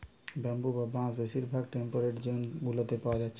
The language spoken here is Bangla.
ব্যাম্বু বা বাঁশ বেশিরভাগ টেম্পেরেট জোন গুলাতে পায়া যাচ্ছে